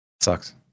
sucks